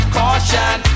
caution